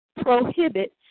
prohibits